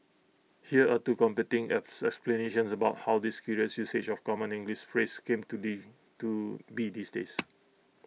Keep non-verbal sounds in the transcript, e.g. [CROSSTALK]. here are two competing [UNINTELLIGIBLE] about how this curious usage of common English phrase came to the to be these days